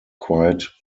quite